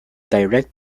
direct